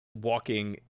walking